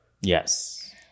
yes